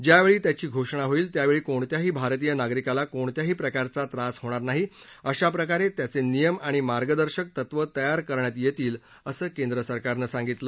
ज्यावेळी त्याची घोषणा होईल त्यावेळी कोणत्याही भारतीय नागरिकाला कोणत्याही प्रकारचा त्रास होणार नाही अशा प्रकारे त्याचे नियम आणि मार्गदर्शक तत्व तयार करण्यात येईल असं केंद्र सरकारनं सांगितलं